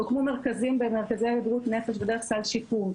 הוקמו מרכזים במרכזי בריאות נפש דרך סל שיקום.